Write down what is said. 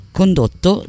condotto